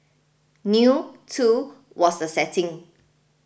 new too was the setting